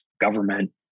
government